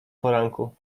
poranku